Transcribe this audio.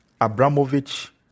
Abramovich